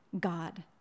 God